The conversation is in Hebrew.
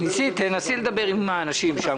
תנסי לדבר עם האנשים שם.